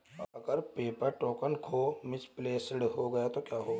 अगर paper token खो misplaced गया तो क्या होगा?